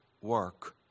work